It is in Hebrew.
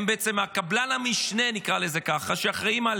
הם בעצם קבלן המשנה, נקרא לזה ככה, אחראים על